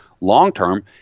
long-term